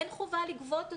אין חובה לגבות אותו.